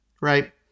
right